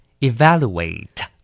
Evaluate